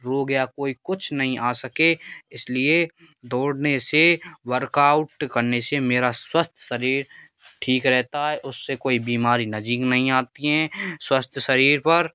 रोग या कोई कुछ नहीं आ सके इसलिए दौड़ने से वर्कआउट करने से मेरा स्वस्थ शरीर ठीक रहता है उससे कोई बीमारी नजदीक नहीं आती हैं स्वस्थ शरीर पर